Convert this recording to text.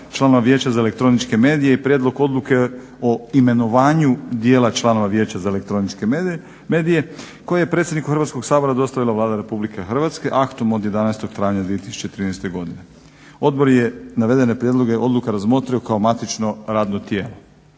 člana vijeća za elektroničke medije i prijedlog odluke o imenovanju djela člana vijeća za elektroničke medije kojem je predsjedniku Hrvatskog sabora dostavila Vlada Rh aktom od 11.travnja 2013.godine. Odbor je navedene prijedloge odluka razmotrio kao matično radno tijelo.